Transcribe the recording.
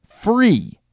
Free